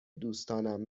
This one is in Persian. دوستانم